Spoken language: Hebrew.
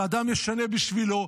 שאדם ישנה בשבילו.